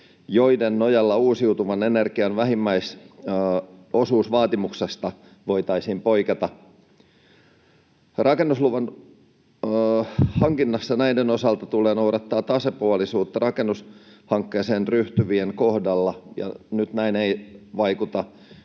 joiden nojalla uusiutuvan energian vähimmäisosuusvaatimuksesta voitaisiin poiketa. Rakennusluvan hankinnassa näiden osalta tulee noudattaa tasapuolisuutta rakennushankkeeseen ryhtyvien kohdalla, ja nyt näin ei vaikuta